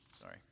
Sorry